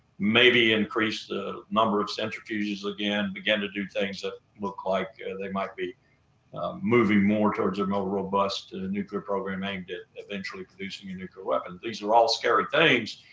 maybe increase the number of centrifuges again, begin to do things that look like they might be moving more towards a more robust nuclear program aimed at eventually producing a nuclear weapon. these are all scary things.